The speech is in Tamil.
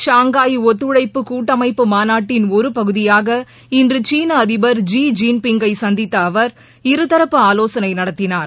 ஷாங்காய் ஒத்துழைப்பு கூட்டமப்பு மாநாட்டின் ஒருபகுதியாக இன்றுசீனஅதிபர் ஸி ஜின் பிங்கை சந்தித்தஅவர் இருதரப்பு ஆலோசனைநடத்தினார்